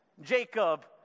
Jacob